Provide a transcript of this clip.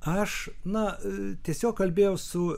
aš na tiesiog kalbėjau su